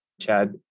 Chad